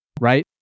right